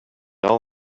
all